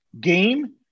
game